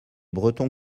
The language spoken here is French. breton